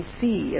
see